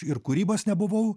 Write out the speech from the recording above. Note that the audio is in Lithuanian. ir kūrybos nebuvau